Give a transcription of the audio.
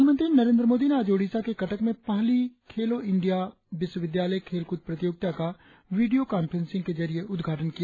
प्रधानमंत्री नरेंद्र मोदी ने आज ओडिशा के कटक में पहली खेलों इंडिया विश्वविद्यालय खेल कूद प्रतियोगिता का वीडियों कांफ्रेंसिंग के जरिए उद्घाटन किया